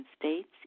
states